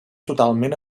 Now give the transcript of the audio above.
totalment